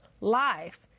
life